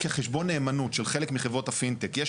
כחשבון נאמנות של חלק מחברות הפינטק יש